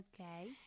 Okay